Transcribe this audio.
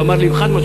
שאמר לי חד-משמעית: